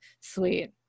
sweet